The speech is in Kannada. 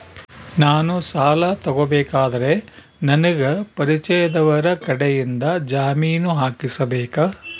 ನಾನು ಸಾಲ ತಗೋಬೇಕಾದರೆ ನನಗ ಪರಿಚಯದವರ ಕಡೆಯಿಂದ ಜಾಮೇನು ಹಾಕಿಸಬೇಕಾ?